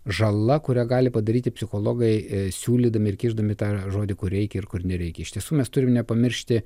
žala kurią gali padaryti psichologai siūlydami ir kišdami tą žodį kur reikia ir kur nereikia iš tiesų mes turim nepamiršti